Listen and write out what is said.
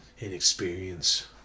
Inexperience